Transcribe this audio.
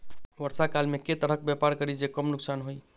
वर्षा काल मे केँ तरहक व्यापार करि जे कम नुकसान होइ?